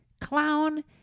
clown